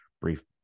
brief